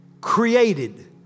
created